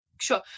sure